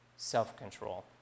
self-control